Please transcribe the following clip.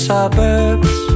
Suburbs